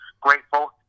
grateful